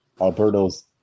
Alberto's